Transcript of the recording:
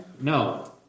No